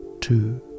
two